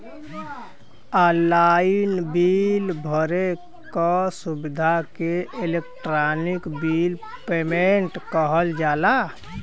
online bill भरे क सुविधा के इलेक्ट्रानिक बिल पेमेन्ट कहल जाला